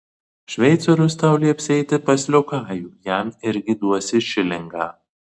šveicorius tau lieps eiti pas liokajų jam irgi duosi šilingą